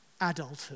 adulthood